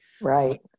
Right